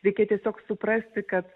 reikia tiesiog suprasti kad